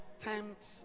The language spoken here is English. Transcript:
attempt